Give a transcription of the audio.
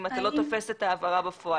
אם אתה לא תופס את ההעברה בפועל.